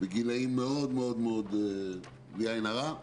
בגילאים מאוד בלי עין רעה.